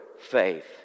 faith